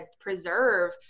preserve